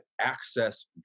access